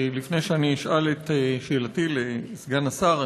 לפני שאני אשאל את שאלתי לסגן השר,